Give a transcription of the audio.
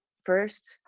first,